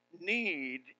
need